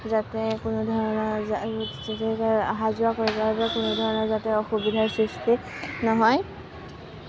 যাতে কোনোধৰণৰ অহা যোৱা কৰিবৰ বাৰে কোনোধৰণৰ যাতে অসুবিধাৰ সৃষ্টি নহয়